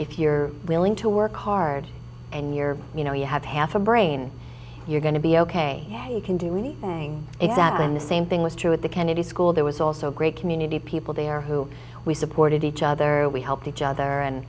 if you're willing to work hard and you're you know you have half a brain you're going to be ok you can do anything if that in the same thing was true at the kennedy school there was also a great community of people there who we supported each other we helped each other and